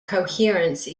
coherence